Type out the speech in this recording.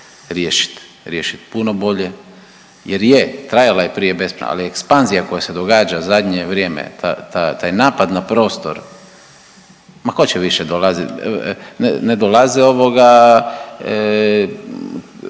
riješit puno bolje jer je trajala je prije bespravna, al ekspanzija koja se događa u zadnje vrijeme, ta, ta, taj napad na prostor, ma ko će više dolazit, ne dolaze ovoga